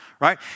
right